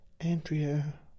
Andrea